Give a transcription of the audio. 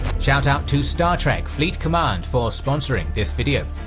shoutout to star trek fleet command for sponsoring this video.